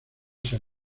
sea